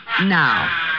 now